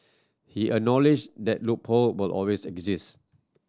he acknowledged that loophole will always exist